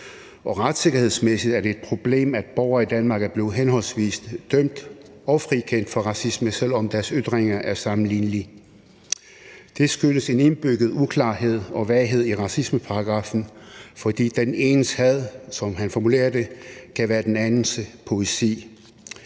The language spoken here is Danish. og retssikkerhedsmæssigt er det et problem, at borgere i Danmark er blevet henholdsvis dømt og frikendt for racisme, selv om deres ytringer er sammenlignelige. Det skyldes en indbygget uklarhed og vaghed i racismeparagraffen, fordi den enes had, som han formulerer det, kan være den andens poesi.